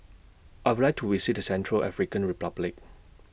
I Would like to visit Central African Republic